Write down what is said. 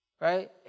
Right